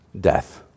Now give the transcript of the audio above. death